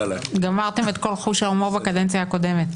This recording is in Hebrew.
גמרתם את כל חוש ההומור בקדנציה הקודמת.